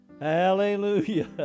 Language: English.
Hallelujah